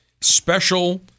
special